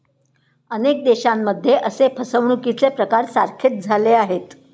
अनेक देशांमध्ये असे फसवणुकीचे प्रकार सारखेच झाले आहेत